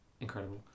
incredible